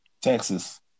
Texas